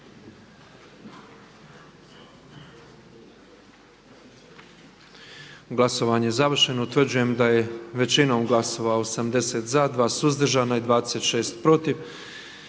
Glasovanje je završeno. Utvrđujem da je većinom glasova 117 za, 8 suzdržanih i jednim protiv